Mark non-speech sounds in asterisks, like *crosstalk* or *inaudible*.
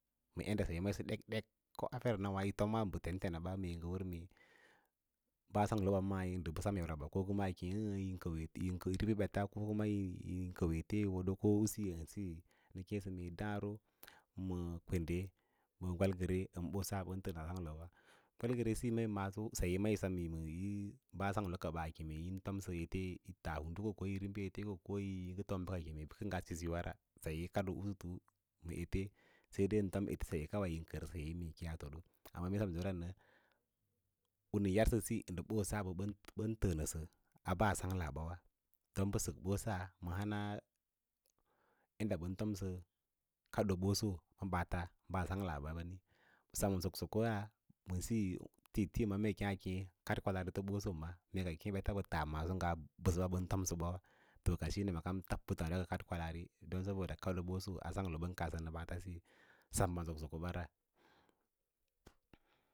Ma yadda masə yisə ɗek ɗek lana farnawa yi tomaa bə ten ten a ba ngə wər bəa sanglo ba mai yi kən ɓets ko kuma yis ribi ɓets tin kəu ete yi wodoo ən siyo nə kêêsə mee dǎǎro məə kwənde məə gwalgere ən ɓosa bən təə na sangloba, gwalgere yi masa saye ma yi sem bəa sanglo ka a kee mu tas hudu ko ko yi təm bəka ete nga seye wa ra a kadoo usutu ma ete, sai dai yi fom ete saye kawai yo kər mee kiyaa toota u rə yar sə siyo ndə ɓoss bən təə nəsə a bəa sangla ba wa ɓosa hana yadda bən fomsə ƙadoo ma ɓaats ɓaa sanglas ɓawe ɓə sem ma soksokor a tii tii mee a keẽ, kad kwalaari ɓoma mee ka keẽ ɓets ɓən tas maaso nga mbəsəba ɓən tomsəba wa fo kan shine puttǎǎdiwa kank ka kad kwalaari saboda kadoo bosa a sanglo bən kudsawa bə sem ban soksoko bara. *noise*